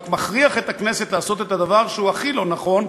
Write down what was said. הוא רק מכריח את הכנסת לעשות את הדבר שהוא הכי לא נכון,